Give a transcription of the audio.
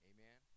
Amen